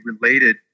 related